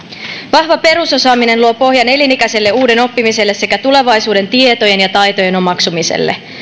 vahva perusosaaminen luo pohjan elinikäiselle uuden oppimiselle sekä tulevaisuuden tietojen ja taitojen omaksumiselle